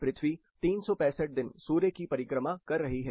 पृथ्वी 365 दिन सूर्य की परिक्रमा कर रही है